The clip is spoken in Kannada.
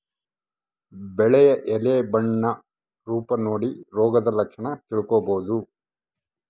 ಬೆಳೆಯ ಎಲೆ ಬಣ್ಣ ರೂಪ ನೋಡಿ ರೋಗದ ಲಕ್ಷಣ ತಿಳ್ಕೋಬೋದು